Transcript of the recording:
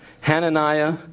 Hananiah